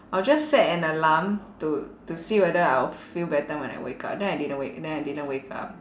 I'll just set an alarm to to see whether I'll feel better when I wake up then I didn't wake then I didn't wake up